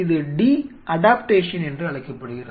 இது D adaptation என்று அழைக்கப்படுகிறது